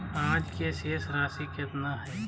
आज के शेष राशि केतना हइ?